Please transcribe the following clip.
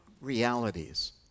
realities